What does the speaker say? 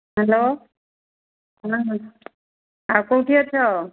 hello ହଁ ହଁ ଆଉ କେଉଁଠି ଅଛ